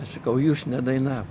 sakau jūs ne dainavot